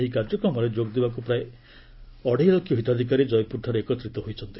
ଏହି କାର୍ଯ୍ୟକ୍ରମରେ ଯୋଗଦେବାକୁ ପ୍ରାୟ ଆଡ଼େଇ ଲକ୍ଷ ହିତାଧିକାରୀ କୟପୁରଠାରେ ଏକାତ୍ରିତ ହୋଇଛନ୍ତି